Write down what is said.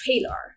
trailer